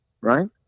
right